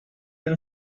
been